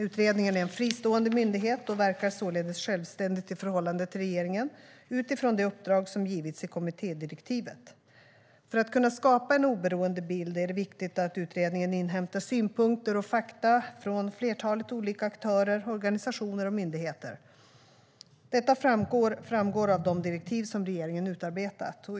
Utredningen är en fristående myndighet och verkar således självständigt i förhållande till regeringen, utifrån det uppdrag som har givits i kommittédirektivet. För att kunna skapa en oberoende bild är det viktigt att utredningen inhämtar synpunkter och fakta från flertalet olika aktörer, organisationer och myndigheter. Detta framgår av de direktiv som regeringen har utarbetat.